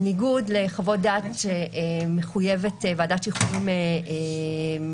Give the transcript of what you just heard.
בניגוד לחוות דעת שמחויבת ועדת שחרורים לשקול,